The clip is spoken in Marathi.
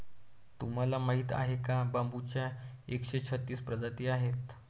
तुम्हाला माहीत आहे का बांबूच्या एकशे छत्तीस प्रजाती आहेत